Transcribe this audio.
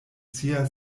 sia